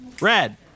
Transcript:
Red